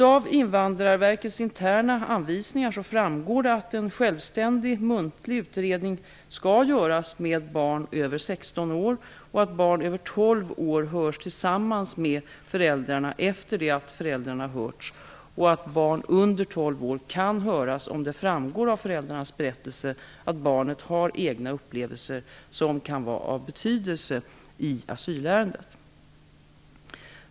Av Invandrarverkets interna anvisningar framgår att en självständig muntlig utredning skall göras med barn över 16 år, att barn över 12 år skall höras tillsammans med föräldrarna efter det att föräldrarna har hörts och att barn under 12 år kan höras om det framgår av föräldrarnas berättelse att barnet har egna upplevelser som kan vara av betydelse i asylärendet.